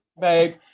babe